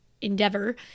endeavor